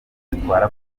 zitwara